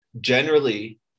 generally-